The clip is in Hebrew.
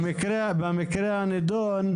במקרה הנדון,